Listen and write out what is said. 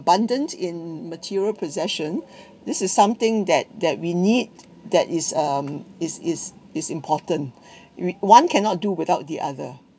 abundance in material possession this is something that that we need that is um is is is important you one cannot do without the other